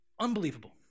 Unbelievable